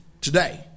today